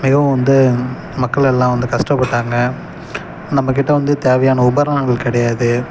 மிகவும் வந்து மக்கள் எல்லாம் வந்து கஷ்டப்பட்டாங்க நம்மக்கிட்ட வந்து தேவையான உபகரணங்கள் கிடையாது